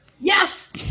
Yes